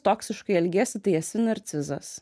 toksiškai elgiesi tai esi narcizas